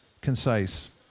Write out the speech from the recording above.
concise